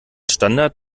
standard